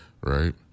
right